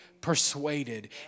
persuaded